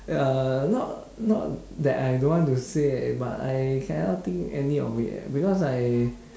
uh not not that I don't want to say but I cannot think any of it because I